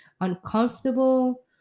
uncomfortable